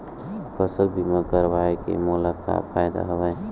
फसल बीमा करवाय के मोला का फ़ायदा हवय?